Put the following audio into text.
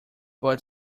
but